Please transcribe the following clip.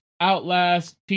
Outlast